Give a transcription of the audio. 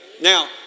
Now